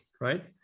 Right